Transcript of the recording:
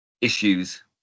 issues